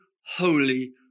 holy